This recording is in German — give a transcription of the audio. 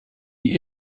die